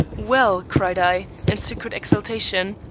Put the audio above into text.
well, cried i, in secret exultation,